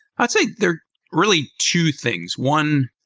i'd say there are really two things. one,